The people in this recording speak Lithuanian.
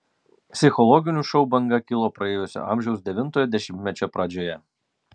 psichologinių šou banga kilo praėjusio amžiaus devintojo dešimtmečio pradžioje